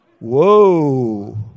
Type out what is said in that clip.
whoa